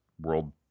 world